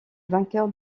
vainqueur